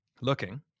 looking